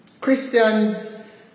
Christians